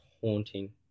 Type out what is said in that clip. haunting